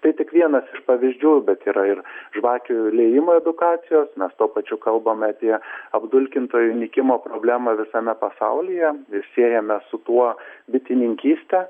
tai tik vienas iš pavyzdžių bet yra ir žvakių liejimo edukacijos mes tuo pačiu kalbam apie apdulkintojų nykimo problemą visame pasaulyje ir siejame su tuo bitininkystę